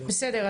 בסדר,